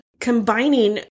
combining